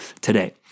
today